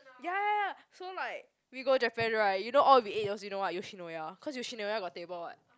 ya ya ya so like we go Japan right you know all we ate was you know what Yoshinoya cause Yoshinoya got table what